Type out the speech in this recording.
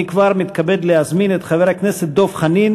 אני כבר מתכבד להזמין את חבר הכנסת דב חנין